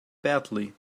badly